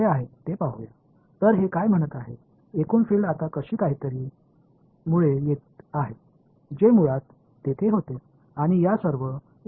எனவே இந்த வெளிப்பாடு என்ன டோடல் ஃபில்டு இப்போது முதலில் இருந்த ஏதோவொன்றின் காரணமாக வருகிறது இவை அனைத்தும் இங்கே இரண்டாவது வெளிப்பாட்டை எங்கே செய்கின்றன இது 0 அல்லாதது எங்கே